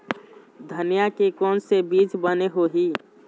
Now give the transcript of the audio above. धनिया के कोन से बीज बने होही?